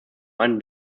ein